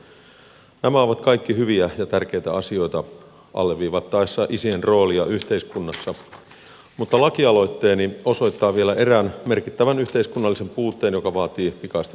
nämä ovat kaikki hyviä ja tärkeitä asioita alleviivattaessa isien roolia yhteiskunnassa mutta lakialoitteeni osoittaa vielä erään merkittävän yhteiskunnallisen puutteen joka vaatii pikaista korjaamista